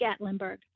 Gatlinburg